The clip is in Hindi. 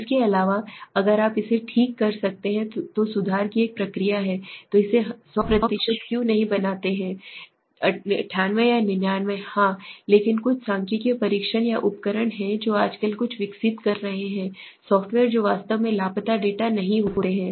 इसके अलावा अगर आप इसे ठीक कर सकते हैं तो सुधार की एक प्रक्रिया है तो इसे 100 क्यों नहीं बनाते हैं 98 या 99 हां लेकिन कुछ सांख्यिकीय परीक्षण या उपकरण हैं जो आजकल कुछ विकसित कर रहे हैं सॉफ्टवेयर जो वास्तव में लापता डेटा नहीं लेते हैं